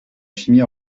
chimie